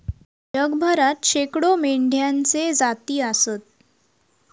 जगभरात शेकडो मेंढ्यांच्ये जाती आसत